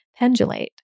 pendulate